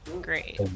Great